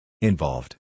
Involved